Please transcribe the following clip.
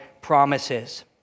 promises